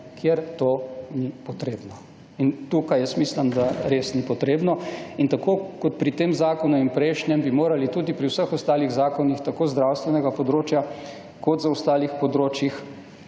kjer to ni potrebno. In tu, mislim, da res ni potrebno. In tako kot pri tem zakonu in prejšnjem bi morali tudi pri vseh ostalih zakonih, tako z zdravstvenega področja kot z ostalih področij,